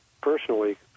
personally